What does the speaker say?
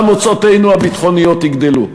גם הוצאותינו הביטחוניות יגדלו.